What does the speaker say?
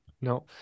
No